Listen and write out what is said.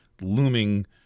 looming